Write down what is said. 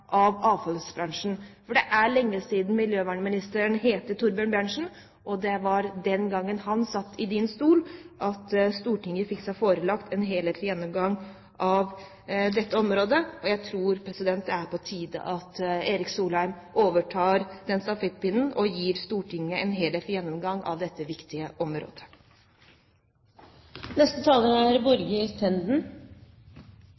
av avfallsbransjen, for det er lenge siden miljøministeren het Thorbjørn Berntsen. Det var den gangen han satt i statsrådens stol, at Stortinget fikk seg forelagt en helhetlig gjennomgang av dette området, og jeg tror det er på tide at Erik Solheim overtar den stafettpinnen og kommer til Stortinget med en helhetlig gjennomgang av dette viktige området.